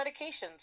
medications